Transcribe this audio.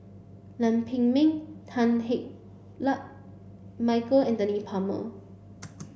Lam Pin Min Tan Hei Luck Michael Anthony Palmer